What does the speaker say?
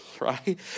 right